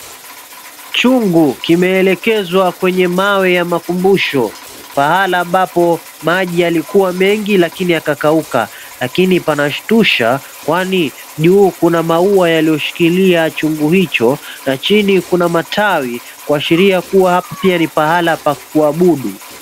Chungu kimeelekezwa kwenye mawe ya makumbusho, pahala ambapo maji yalikua mengi lakini yakakauka, lakini panashtusha kwani juu kuna maua yaliyoshikilia chungu hicho na chini kuna matawi kuashiria kuwa hapo ni mahala pa kuabudu.